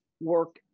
work